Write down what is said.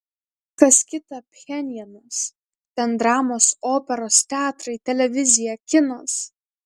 kas kita pchenjanas ten dramos operos teatrai televizija kinas